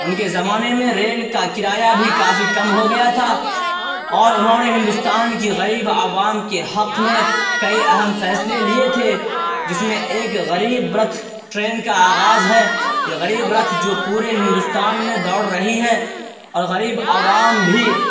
ان کے زمانے میں ریل کا کرایہ بھی کافی کم ہو گیا تھا اور انہوں نے ہندوستان کی غریب عوام کے حق میں کئی اہم فیصلے لیے تھے جس میں ایک غریب رتھ ٹرین کا آغاز ہے یہ غریب رتھ جو پورے ہندوستان میں دوڑ رہی ہے اور غریب عوام بھی